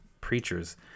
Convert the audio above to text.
preachers